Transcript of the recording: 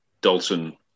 Dalton